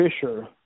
Fisher